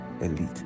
elite